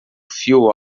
fio